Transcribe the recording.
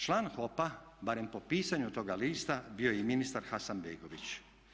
Član HOP-a, barem po pisanju toga lista, bio je i ministar Hasanbegović.